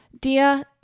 Dear